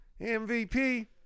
MVP